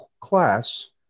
class